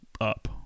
up